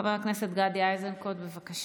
חבר הכנסת גדי איזנקוט, בבקשה.